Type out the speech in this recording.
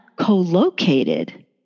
co-located